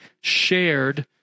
shared